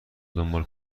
دنبال